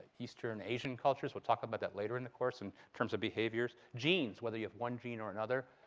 eastern asian cultures, we'll talk about that later in the course in terms of behaviors, genes, whether you have one gene or another,